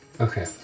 Okay